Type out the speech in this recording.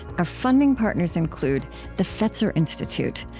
our funding partners include the fetzer institute,